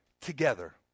together